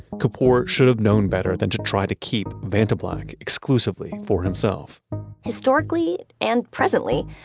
kapoor should have known better than to try to keep vantablack exclusively for himself historically and presently,